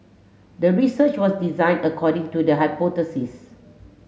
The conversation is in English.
the research was designed according to the hypothesis